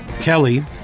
Kelly